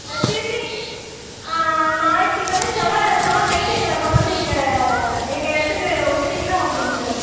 திருப்பி ஞாயிறு திங்கள் செவ்வாய் செவ்வாய் நைட்டு எங்களை கொண்டுவந்து இங்கே எங்கள் இடத்துக்கு விட்டுட்டீங்கனா ஓகேங்க சார்